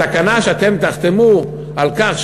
בתקנה שאתם תחתמו על כך,